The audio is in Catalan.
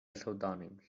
pseudònims